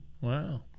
Wow